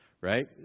right